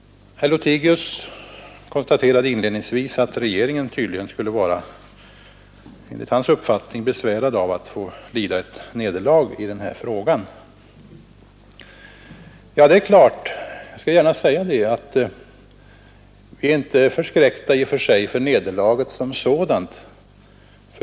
Herr Lothigius noterade inledningsvis att regeringen tydligen — enligt hans uppfattning — var besvärad av att få lida ett nederlag i den här frågan. Jag skall gärna säga att vi i och för sig inte är förskräckta för nederlaget som sådant.